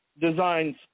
designs